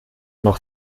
noch